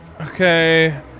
Okay